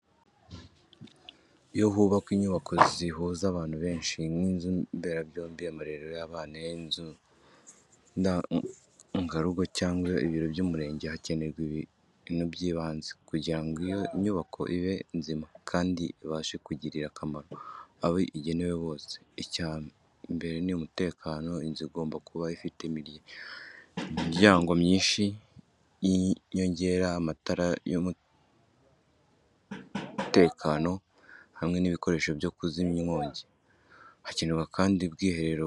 Iyo hubakwa inyubako zihuza abantu benshi nk’inzu mberabyombi, amarerero y’abana, inzu z’imyidagaduro cyangwa ibiro by’umurenge, hakenerwa ibintu by’ibanze kugira ngo iyo nyubako ibe nzima kandi ibashe kugirira akamaro abo igenewe bose. Icya mbere ni umutekano, inzu igomba kuba ifite imiryango myinshi y’inyongera, amatara y’umutekano, hamwe n’ibikoresho byo kuzimya inkongi. Hakenerwa kandi ubwiherero buhagije, amazi meza, ndetse n’ahagenewe gutunganyiriza imyanda.